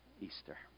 Easter